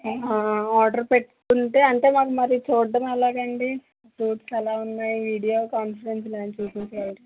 order పెట్టుకుంటే అంటే మాకు మరి చూడడం ఎలాగండి ఫ్రూట్స్ ఎలా ఉన్నాయి వీడియోకాన్ఫరెన్స్ లాంటివి ఉంటే